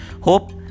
Hope